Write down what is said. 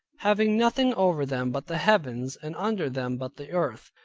having nothing over them but the heavens and under them but the earth.